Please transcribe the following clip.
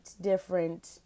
different